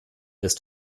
ist